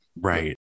Right